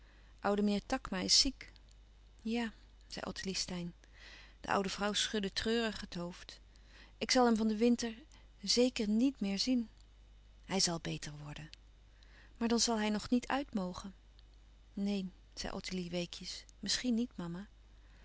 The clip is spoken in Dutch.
oude meneer takma is ziek ja zei ottilie steyn de oude vrouw schudde treurig het hoofd ik zal hem van den winter zeker nièt meer zien hij zal beter worden maar dan zal hij nog niet uit mogen neen zei ottilie weekjes misschien niet mama